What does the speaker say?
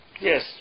Yes